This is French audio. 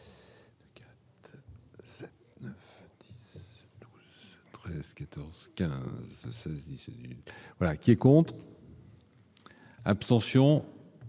Qui est contre. Abstention